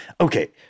okay